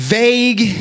vague